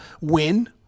win